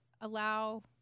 allow